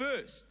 first